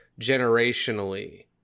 generationally